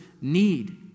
need